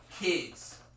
kids